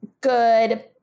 good